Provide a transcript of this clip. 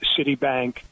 Citibank